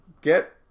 get